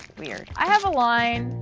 weird. i have a line.